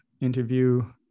interview